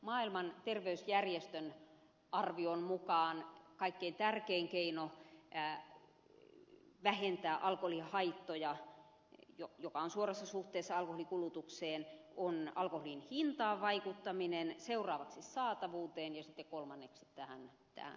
maailman terveysjärjestön arvion mukaan kaikkein tärkein keino vähentää alkoholihaittoja jotka ovat suorassa suhteessa alkoholin kulutukseen on alkoholin hintaan vaikuttaminen seuraavaksi tärkein keino on vaikuttaa saatavuuteen ja kolmanneksi tähän mainontaan